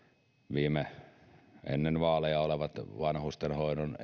viime vaaleja olleista vanhustenhoidon